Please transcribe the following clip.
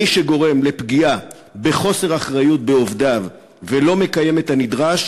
מי שגורם לפגיעה בחוסר אחריות בעובדיו ולא מקיים את הנדרש,